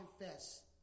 confess